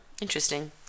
interesting